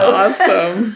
awesome